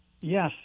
Yes